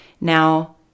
Now